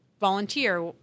volunteer